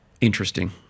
interesting